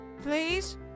Please